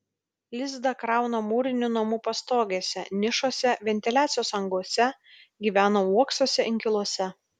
lizdą krauna mūrinių namų pastogėse nišose ventiliacijos angose gyvena uoksuose inkiluose